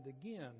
again